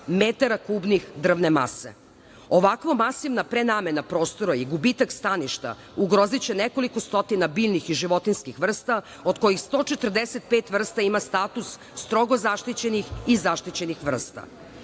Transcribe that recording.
metara kubnih drvne mase. Ovakva masivna prenamena prostora i gubitak staništa ugroziće nekoliko stotina biljnih i životinjskih vrsta od kojih 145 vrsta ima status strogo zaštićenih i zaštićenih vrsta.